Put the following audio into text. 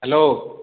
hello